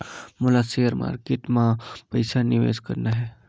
मोला share market मां पइसा निवेश करना हे?